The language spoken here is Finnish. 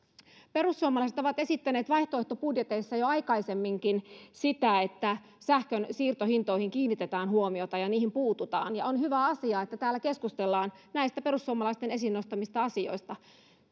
perussuomalaiset ovat esittäneet vaihtoehtobudjeteissa jo aikaisemminkin sitä että sähkön siirtohintoihin kiinnitetään huomiota ja niihin puututaan ja on hyvä asia että täällä keskustellaan näistä perussuomalaisten esiin nostamista asioista